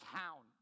town